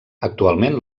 actualment